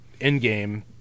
Endgame